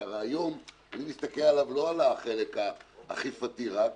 היום אני מסתכל עליו לא על החלק האכיפתי רק,